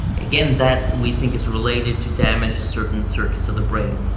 again, that we think is related to damage to certain circuits of the brain,